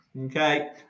Okay